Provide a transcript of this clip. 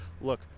look